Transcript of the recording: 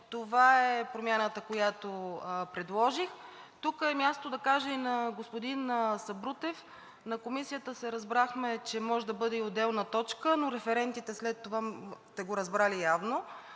Това е промяната, която предложих. Тук е мястото да кажа и на господин Сабрутев: на Комисията се разбрахме, че може да бъде и отделна точка, но референтите след това – Вие сте го разбрали явно,